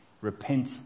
repent